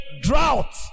drought